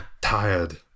tired